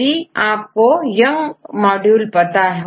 यदि आपको Young module पता हो